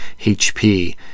HP